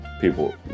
people